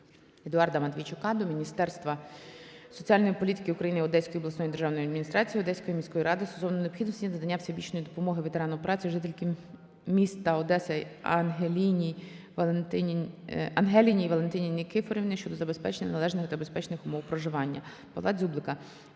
Едуарда Матвійчука до Міністерства соціальної політики України, Одеської обласної державної адміністрації, Одеської міської ради стосовно необхідності надання всебічної допомоги ветерану праці жительки міста Одеси Ангеліній Валентині Никифорівни щодо забезпечення належних та безпечних умов проживання. Павла Дзюблика